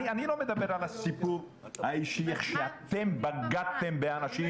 אני לא מדבר על הסיפור האישי איך בגדתם באנשים